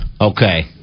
Okay